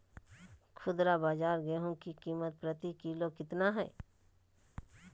खुदरा बाजार गेंहू की कीमत प्रति किलोग्राम कितना है?